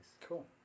Cool